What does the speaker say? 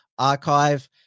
archive